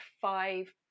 five